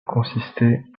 consistait